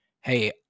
hey